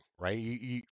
right